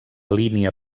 línia